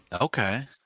Okay